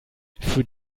für